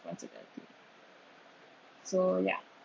responsibility so ya